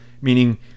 meaning